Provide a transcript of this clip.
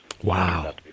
Wow